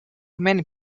many